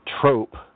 trope